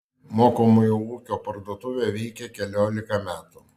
mokomojo ūkio parduotuvė veikia keliolika metų